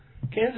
Kansas